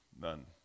None